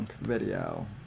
video